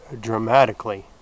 dramatically